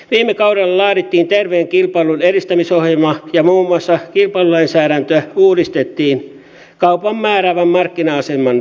viime kaudella laadittiin terveen kilpailun edistämisohjelma ja muun muassa kilpailulainsäädäntöä uudistettiin kaupan määräävän markkina aseman pienentämiseksi